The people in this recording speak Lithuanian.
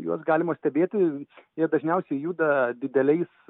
juos galima stebėti jie dažniausiai juda dideliais